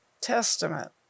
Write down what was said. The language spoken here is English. Testament